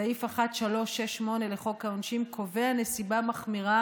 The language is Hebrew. סעיף 368ו לחוק העונשין קובע נסיבה מחמירה